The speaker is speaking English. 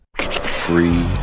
Free